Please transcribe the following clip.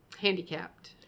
handicapped